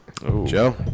Joe